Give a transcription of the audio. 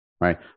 right